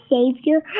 Savior